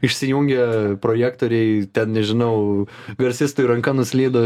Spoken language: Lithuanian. išsijungė projektoriai ten nežinau garsistui ranka nuslydo